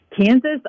Kansas